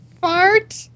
fart